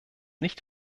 nicht